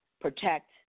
protect